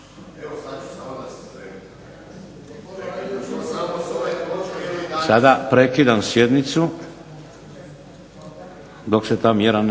Sada prekidam sjednicu dok se ta mjera ne